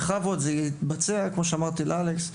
בכבוד, זה יתבצע, כמו שאמרתי לאלכס.